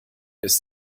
ist